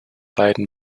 beiden